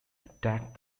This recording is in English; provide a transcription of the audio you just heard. attacked